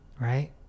right